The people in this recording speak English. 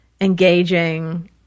engaging